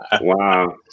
wow